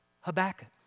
Habakkuk